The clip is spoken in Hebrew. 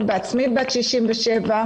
אני בעצמי בת 67,